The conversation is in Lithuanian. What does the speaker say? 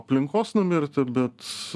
aplinkos numirtų bet